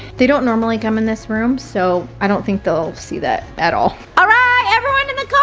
they don't normally come in this room so i don't think they'll see that at all. alright, everyone in the car,